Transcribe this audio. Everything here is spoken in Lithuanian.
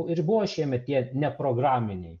ir buvo šiemet tie ne programiniai